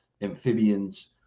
amphibians